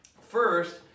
first